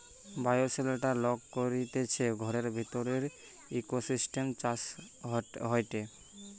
bioshelter লোক করতিছে ঘরের ভিতরের ইকোসিস্টেম চাষ হয়টে